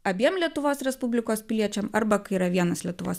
abiem lietuvos respublikos piliečiam arba kai yra vienas lietuvos